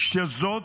שזאת